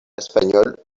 espagnol